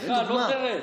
הצריכה לא תרד.